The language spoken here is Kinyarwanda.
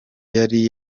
yari